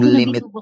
limit